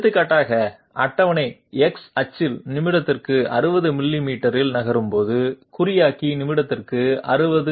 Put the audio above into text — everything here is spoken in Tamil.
எடுத்துக்காட்டாக அட்டவணை x அச்சில் நிமிடத்திற்கு 60 மில்லிமீட்டரில் நகரும் போது குறியாக்கி நிமிடத்திற்கு 600